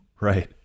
Right